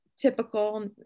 typical